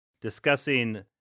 discussing